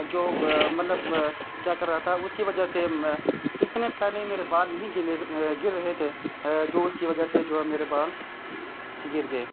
جو مطلب کیا کر رہا تھا اس کی وجہ سے اتنے پہلے میرے بال نہیں گر رہے تھے جو اس کی وجہ سے جو ہے میرے بال گر گئے